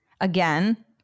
again